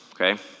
okay